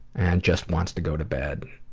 and just wants to go to bed.